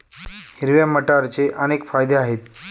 हिरव्या मटारचे अनेक फायदे आहेत